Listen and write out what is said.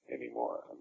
anymore